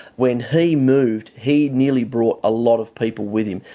when he moved, he nearly brought a lot of people with him.